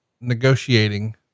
negotiating